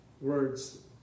words